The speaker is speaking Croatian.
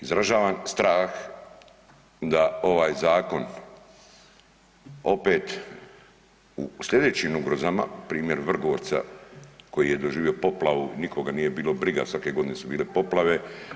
Izražavam strah da ovaj zakon opet u sljedećim ugrozama primjer Vrgorca koji je doživio poplavu nikoga nije bilo briga, svake godine su bile poplave.